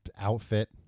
outfit